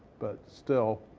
but still.